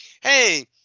hey